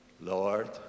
Lord